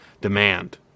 Demand